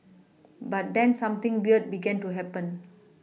but then something weird began to happen